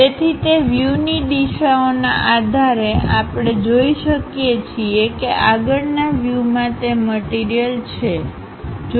તેથી તે વ્યુની દિશાઓના આધારે આપણે જોઈ શકીએ છીએ કે આગળના વ્યૂ માં તે મટીરીયલછે